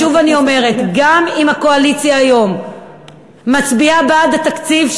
שוב אני אומרת: גם אם הקואליציה היום מצביעה בעד התקציב,